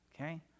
okay